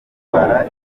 ndwara